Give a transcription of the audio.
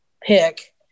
pick